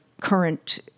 current